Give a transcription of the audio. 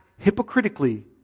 hypocritically